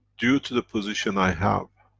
due to the position i have,